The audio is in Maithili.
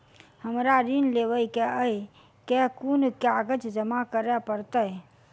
हमरा ऋण लेबै केँ अई केँ कुन कागज जमा करे पड़तै?